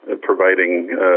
providing